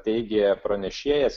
teigė pranešėjas